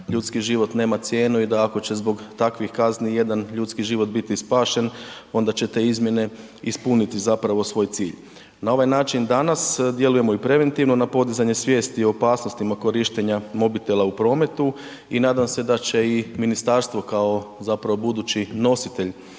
ljudski život nema cijenu i da ako će zbog takvih kazni jedan ljudski život biti spašen, onda će te izmjene ispuniti zapravo svoj cilj. Na ovaj način danas djelujemo i preventivno na podizanje svijesti o opasnostima korištenja mobitela u prometu i nadam se da će i ministarstvo kao zapravo budući nositelj